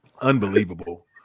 Unbelievable